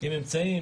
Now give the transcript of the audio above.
עם אמצעים,